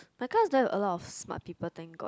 my class don't have a lot of smart people thank god